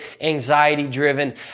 anxiety-driven